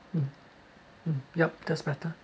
mm mm yup that's better